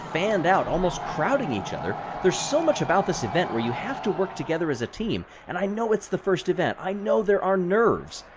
fanned out, almost crowding each other. there's so much about this event where you have to work together as a team. and i know it's the first event, i know there are nerves.